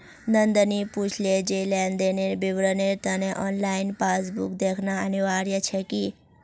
नंदनी पूछले जे लेन देनेर विवरनेर त न ऑनलाइन पासबुक दखना अनिवार्य छेक की